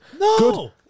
no